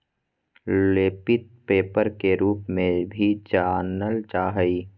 लेपित पेपर के रूप में भी जानल जा हइ